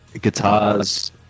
guitars